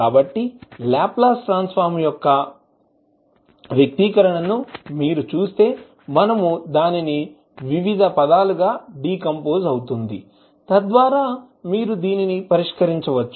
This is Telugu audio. కాబట్టి లాప్లాస్ ట్రాన్స్ ఫార్మ్ యొక్క వ్యక్తీకరణను మీరు చూస్తే మనము దానిని వివిధ పదాలుగా డీకంపోజ్ అవుతుంది తద్వారా మీరు దీనిని పరిష్కరించవచ్చు